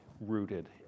rooted